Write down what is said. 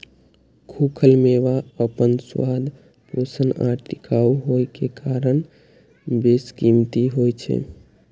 खूखल मेवा अपन स्वाद, पोषण आ टिकाउ होइ के कारण बेशकीमती होइ छै